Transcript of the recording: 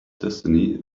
destiny